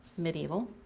medieval.